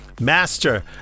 Master